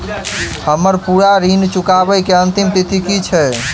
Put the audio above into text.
हम्मर पूरा ऋण चुकाबै केँ अंतिम तिथि की छै?